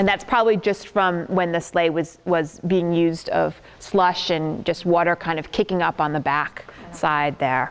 and that's probably just from when the sleigh was was being used of slush and just water kind of kicking up on the back side there